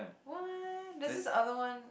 what there's this other one